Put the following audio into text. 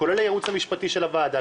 כולל הייעוץ המשפטי של הוועדה,